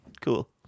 cool